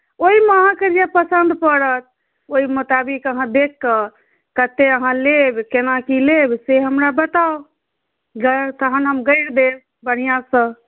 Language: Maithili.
ओहिमे अहाँकेँ जे पसन्द पड़त ओहि मुताबिक अहाँ देखि कऽ कतेक अहाँ लेब केना की लेब से हमरा बताउ गढ़ि तहन हम गढ़ि देब बढ़िआँसँ